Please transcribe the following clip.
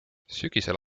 sügisel